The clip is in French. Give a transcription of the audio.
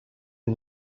est